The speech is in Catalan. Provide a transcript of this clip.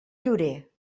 llorer